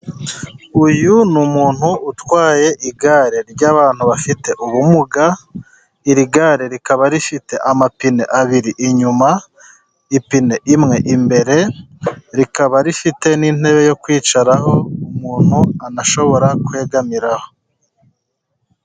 Uyu ni umuntu utwaye igare ry'abantu bafite ubumuga. Iri gare rikaba rifite amapine abiri inyuma, ipine rimwe imbere, rikaba rifite n’intebe yo kwicaraho, umuntu anashobora kwegamiraho.